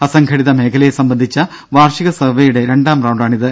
അസംഘടിത മേഖലയെ സംബന്ധിച്ച വാർഷിക സർവേയുടെ രണ്ടാം റൌണ്ടാണിത്